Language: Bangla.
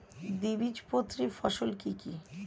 দ্বিবীজপত্রী ফসল কি কি?